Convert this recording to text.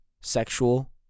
sexual